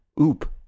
Oop